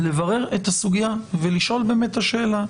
לברר את הסוגייה ולשאול באמת את השאלה,